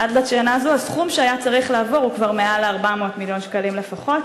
עד לשנה זו הסכום שהיה צריך לעבור הוא כבר מעל 400 מיליון שקלים לפחות.